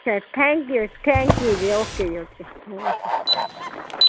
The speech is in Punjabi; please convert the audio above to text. thank you thank you ji okay ji okay okay okay